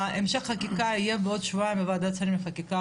המשך חקיקה יהיה בעוד שבועיים בוועדת שרים לחקיקה,